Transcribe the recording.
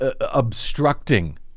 Obstructing